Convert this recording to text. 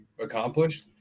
accomplished